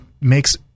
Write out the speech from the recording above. makes